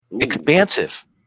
Expansive